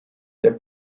der